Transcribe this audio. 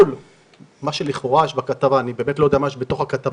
כל מה שלכאורה נמצא בכתבה אני לא יודע מה יש בתוך הכתבה,